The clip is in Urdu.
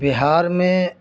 بہار میں